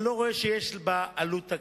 אני לא רואה שיש בו עלות תקציבית.